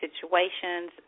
situations